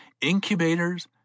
incubators